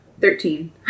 Thirteen